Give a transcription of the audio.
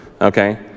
Okay